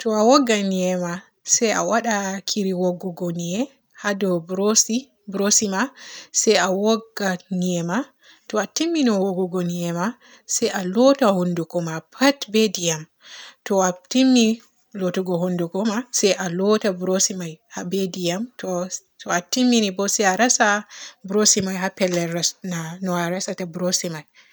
To a wogga yi'e ma se a waada kiri woggogu yi'e haa ɗou burusi-burusi ma se a wogga yi'e ma to a timmini woggogo yi'e ma se a loota hunnduku ma pat be ndiyam. To a timmini lootugo hunnduku ma se a loota burusi may ha be ndiyam to-to a timmini bo se a resa burusi may ha pellel resna no a resata burusi may